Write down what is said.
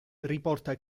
riporta